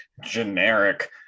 generic